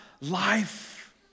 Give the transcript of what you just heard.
life